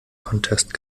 contest